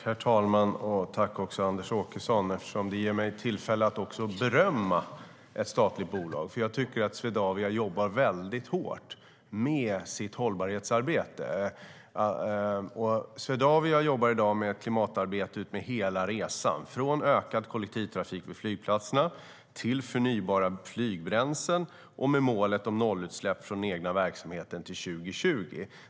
Herr talman! Jag tackar Anders Åkesson eftersom han ger mig tillfälle att berömma ett statligt bolag. Jag tycker att Swedavia jobbar hårt med sitt hållbarhetsarbete. Swedavia jobbar i dag med ett klimatarbete utmed hela resan - från ökad kollektivtrafik vid flygplatserna till förnybara flygbränslen och med målet om nollutsläpp från den egna verksamheten till 2020.